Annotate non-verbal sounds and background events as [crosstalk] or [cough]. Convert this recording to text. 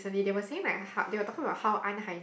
[breath]